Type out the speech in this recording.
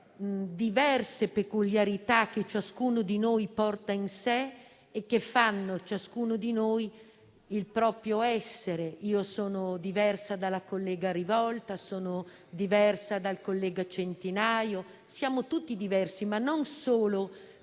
diverse peculiarità che ciascuno di noi porta in sé e che fanno di ciascuno di noi il proprio essere. Sono diversa dalla collega Rivolta o dal collega Centinaio: siamo tutti diversi, ma non solo per il